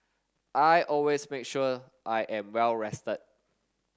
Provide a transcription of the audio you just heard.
I always make sure I am well rested